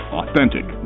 authentic